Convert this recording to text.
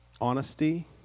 honesty